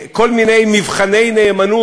במקום שנהג להסתכל עלינו